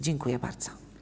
Dziękuję bardzo.